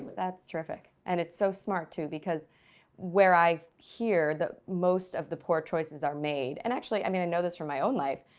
that's terrific and it's so smart too because where i hear that most of the poor choices are made and actually, i mean and know this from my own life,